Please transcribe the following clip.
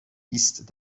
بیست